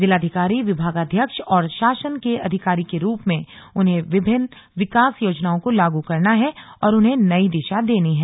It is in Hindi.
जिलाधिकारी विभागाध्यक्ष और शासन के अधिकारी के रूप में उन्हें विभिन्न विकास योजनाओं को लागू करना है और उन्हें नई दिशा देनी है